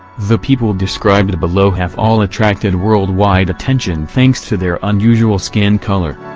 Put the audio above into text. the people described below have all attracted worldwide attention thanks to their unusual skin color.